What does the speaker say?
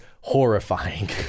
horrifying